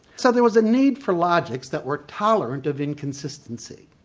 so there was a need for logics that were tolerant of inconsistency.